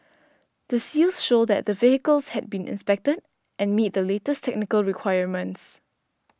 the seals show that the vehicles have been inspected and meet the latest technical requirements